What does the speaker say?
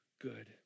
good